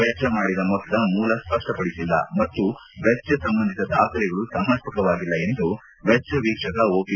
ವೆಚ್ವ ಮಾಡಿದ ಮೊತ್ತದ ಮೂಲ ಸ್ಪಷ್ಟಪಡಿಸಿಲ್ಲ ಮತ್ತು ವೆಚ್ವ ಸಂಬಂಧಿತ ದಾಖಲೆಗಳೂ ಸಮರ್ಪಕವಾಗಿಲ್ಲ ಎಂದು ವೆಚ್ವ ವೀಕ್ಷಕ ಒಪಿ